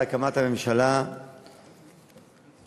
להקמת הממשלה וכולנו,